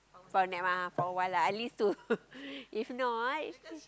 for a nap ah for awhile lah at least to if not